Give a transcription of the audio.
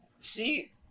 See